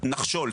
נחשול,